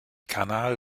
kanal